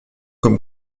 comme